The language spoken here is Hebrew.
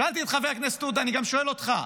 שאלתי את חבר הכנסת עודה, אני שואל גם אותך.